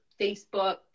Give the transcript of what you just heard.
Facebook